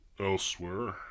Elsewhere